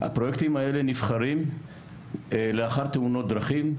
הפרויקטים האלה נבחרים לאחר תאונות דרכים,